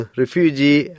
refugee